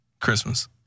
Christmas